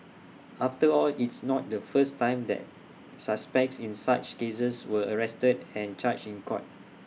after all it's not the first time that suspects in such cases were arrested and charged in court